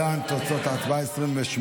ההצעה להעביר את